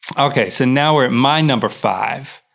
okay, so now we're at my number five.